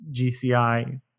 gci